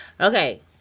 Okay